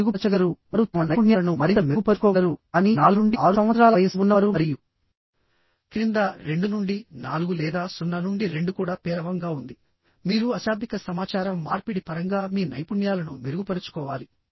వారు మెరుగుపరచగలరువారు తమ నైపుణ్యాలను మరింత మెరుగుపరుచుకోగలరుకానీ 4 నుండి 6 సంవత్సరాల వయస్సు ఉన్నవారు మరియు క్రింద 2 నుండి 4 లేదా 0 నుండి 2 కూడా పేలవంగా ఉందిమీరు అశాబ్దిక సమాచార మార్పిడి పరంగా మీ నైపుణ్యాలను మెరుగుపరచుకోవాలి